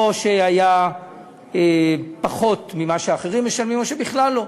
או שהיה פחות ממה שאחרים משלמים או שבכלל לא.